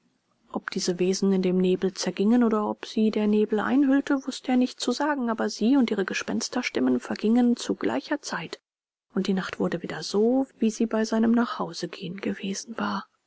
ob diese wesen in dem nebel zergingen oder ob sie der nebel einhüllte wußte er nicht zu sagen aber sie und ihre gespensterstimmen vergingen zu gleicher zeit und die nacht wurde wieder so wie sie bei seinem nachhausegehen gewesen war